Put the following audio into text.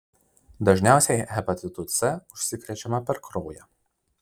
dažniausiai hepatitu c užsikrečiama per kraują